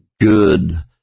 good